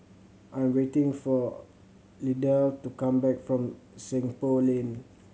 I am waiting for Idell to come back from Seng Poh Lane